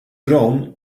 droom